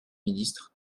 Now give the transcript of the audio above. ministre